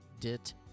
Dit